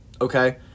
Okay